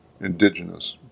indigenous